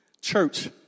church